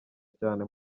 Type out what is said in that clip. cyane